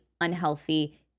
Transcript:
unhealthy